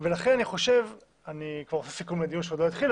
לעומת זאת,